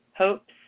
hopes